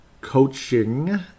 coaching